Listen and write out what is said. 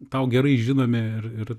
tau gerai žinomi ir ir